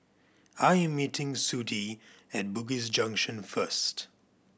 I am meeting Sudie at Bugis Junction first